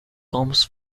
comes